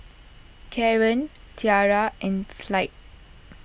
Kaaren Tierra and Clide